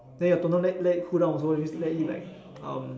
then your toner let let it cool down also you need to let it like um